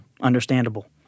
understandable